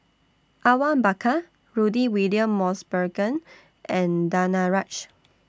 Awang Bakar Rudy William Mosbergen and Danaraj